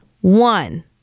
one